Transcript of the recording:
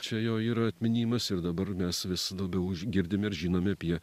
čia jo yra atminimas ir dabar mes vis labiau girdim ir žinom apie